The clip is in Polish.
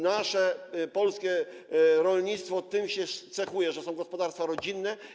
Nasze polskie rolnictwo tym się cechuje, że są gospodarstwa rodzinne.